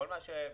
כל מה שבפנינו